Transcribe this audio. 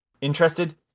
interested